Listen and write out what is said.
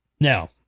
now